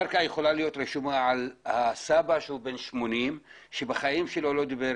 הקרקע יכולה להיות רשומה על שם הסבא שהוא בן 80 שבחיים שלו לא דיבר